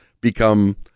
become